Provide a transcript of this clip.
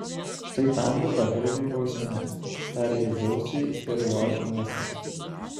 štai tam gudragalviui bausmė tarė jis dzeusui ir jo artimiesiems